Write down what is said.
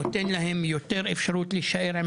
נותן להם יותר אפשרויות להישאר עם